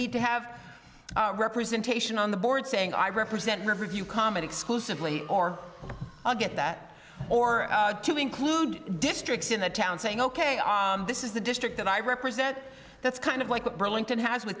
need to have representation on the board saying i represent riverview comet exclusively or i'll get that or to include districts in the town saying ok this is the district that i represent that's kind of like what burlington has with